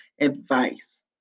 advice